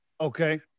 okay